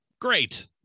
Great